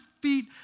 feet